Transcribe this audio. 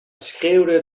schreeuwde